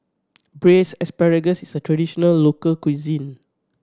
Braised Asparagus is a traditional local cuisine